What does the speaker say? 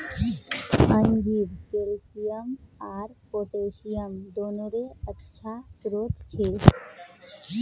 अंजीर कैल्शियम आर पोटेशियम दोनोंरे अच्छा स्रोत छे